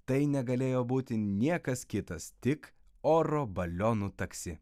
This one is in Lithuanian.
tai negalėjo būti niekas kitas tik oro balionų taksi